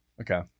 Okay